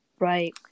Right